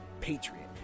patriot